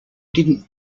didn’t